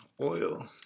oil